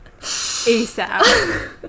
ASAP